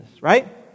right